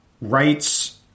rights